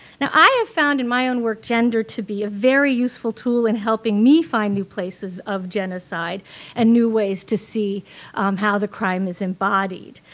you know i have found in my our work gender to be a very useful tool in helping me find new places of genocide and new ways to see how the crime is embodied.